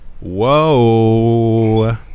Whoa